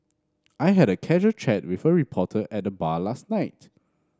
I had a casual chat with a reporter at the bar last night